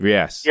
Yes